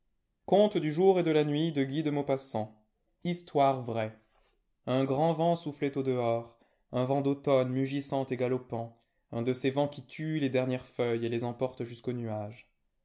un grand vent soufflait au dehors un vent d'automne mugissant et galopant un de ces vents qui tuent les dernières feuilles et les emportent jusqu'aux nuages